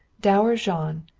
dour jean,